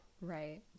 Right